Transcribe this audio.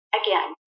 again